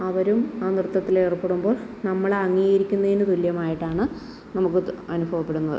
അവരും ആ നൃത്തത്തിലേർപ്പെടുമ്പോൾ നമ്മളെ അംഗീകരിക്കുന്നതിനു തുല്യമായിട്ടാണ് നമുക്ക് ഇത് അനുഭവപ്പെടുന്നത്